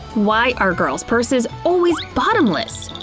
why are girls' purses always bottomless!